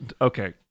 Okay